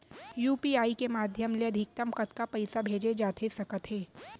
UPI के माधयम ले अधिकतम कतका पइसा भेजे जाथे सकत हे?